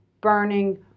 burning